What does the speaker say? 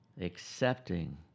accepting